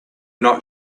not